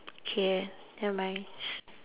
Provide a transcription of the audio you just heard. K never mind